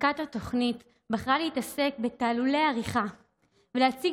הפקת התוכנית בחרה להתעסק בתעלולי עריכה ולהציג